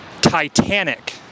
Titanic